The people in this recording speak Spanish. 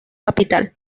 capital